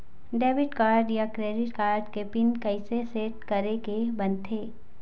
Debit card या credit card के PIN कइसे सेट करे के बनते?